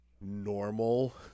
normal